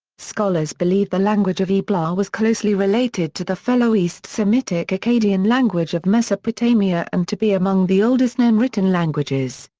scholars believe the language of ebla was closely related to the fellow east semitic akkadian language of mesopotamia and to be among the oldest known written languages.